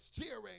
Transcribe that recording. cheering